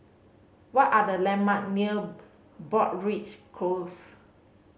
what are the landmark near Broadrick Close